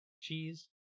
cheese